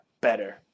better